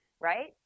right